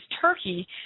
Turkey